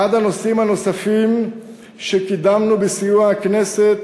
אחד הנושאים הנוספים שקידמנו בסיוע הכנסת